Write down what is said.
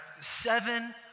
seven